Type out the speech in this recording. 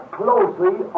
closely